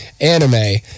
anime